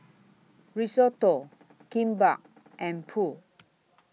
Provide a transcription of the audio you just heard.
Risotto Kimbap and Pho